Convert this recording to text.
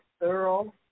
thorough